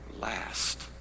last